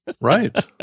right